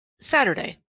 Saturday